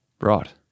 Right